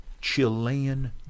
Chilean